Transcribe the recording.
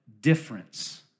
difference